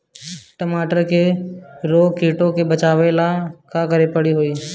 टमाटर को रोग कीटो से बचावेला का करेके होई?